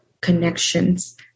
connections